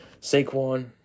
Saquon